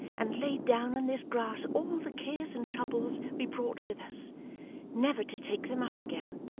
and laid down on this grass all the cares and troubles we brought with us never to take them up again